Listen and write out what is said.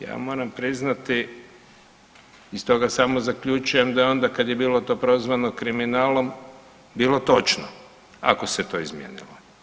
Ja moram priznati iz toga samo zaključujem da je onda kad je bilo to prozvano kriminalom bilo točno ako se to izmijenilo.